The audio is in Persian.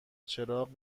چراغ